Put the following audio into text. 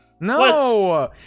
No